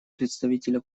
представителя